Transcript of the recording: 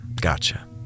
Gotcha